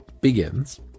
begins